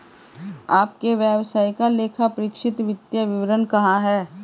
आपके व्यवसाय का लेखापरीक्षित वित्तीय विवरण कहाँ है?